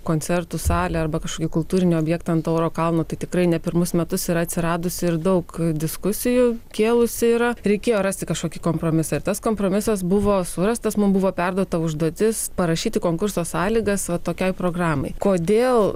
koncertų salę arba kažkokį kultūrinį objektą ant tauro kalno tai tikrai ne pirmus metus yra atsiradusi ir daug diskusijų kėlusi yra reikėjo rasti kažkokį kompromisą ir tas kompromisas buvo surastas mum buvo perduota užduotis parašyti konkurso sąlygas va tokiai programai kodėl